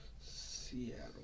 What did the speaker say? Seattle